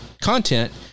content